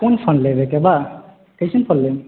कोन फल लेबेके बा कइसन फल लेब